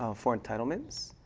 ah for entitlement,